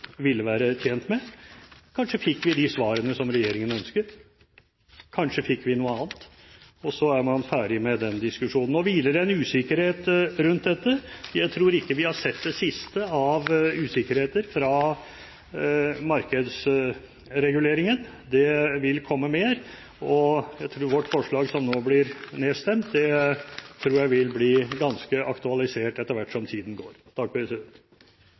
ville være tjent med. Kanskje fikk vi de svarene som regjeringen ønsker, kanskje fikk vi noe annet, og så var man ferdig med den diskusjonen. Nå hviler det en usikkerhet rundt dette. Jeg tror ikke vi har sett det siste av usikkerheter fra markedsreguleringen. Det vil komme mer, og vårt forslag, som nå blir nedstemt, tror jeg vil bli ganske aktualisert etter hvert som tiden går.